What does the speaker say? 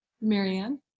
Marianne